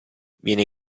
viene